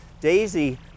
Daisy